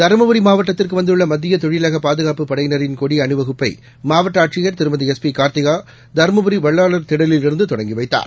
தருமபுரிமாவட்டத்திற்குவந்துள்ளமத்தியதொழிலகபாதுகாப்பு படையின்ரின் கொடிஅணிவகுப்பைமாவட்டஆட்சியர் திருமதி பிகார்த்திகாதருமபுரிவள்ளலார் எஸ் திடலிலிருந்துதொடங்கிவைத்தார்